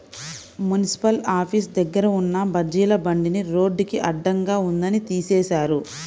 municipal office దగ్గర ఉన్న బజ్జీల బండిని రోడ్డుకి అడ్డంగా ఉందని తీసేశారు